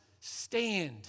stand